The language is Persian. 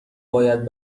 باید